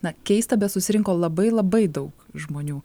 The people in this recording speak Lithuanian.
na keista bet susirinko labai labai daug žmonių